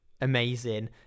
amazing